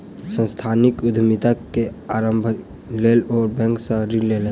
सांस्थानिक उद्यमिता के आरम्भक लेल ओ बैंक सॅ ऋण लेलैन